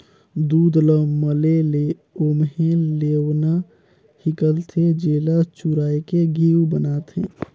दूद ल मले ले ओम्हे लेवना हिकलथे, जेला चुरायके घींव बनाथे